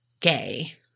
gay